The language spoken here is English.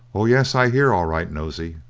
oh, yes, i hear. all right, nosey,